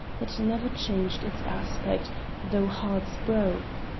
that never changed its aspect though hearts broke.